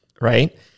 right